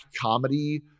comedy